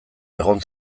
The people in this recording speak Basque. egon